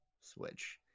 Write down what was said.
Switch